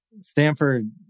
Stanford